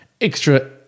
extra